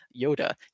Yoda